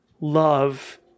love